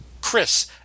Chris